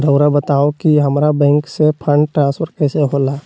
राउआ बताओ कि हामारा बैंक से फंड ट्रांसफर कैसे होला?